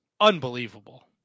Unbelievable